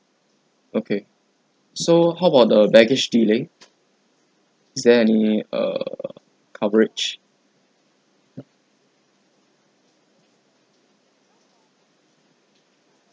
okay so how about the baggage delay is there any err coverage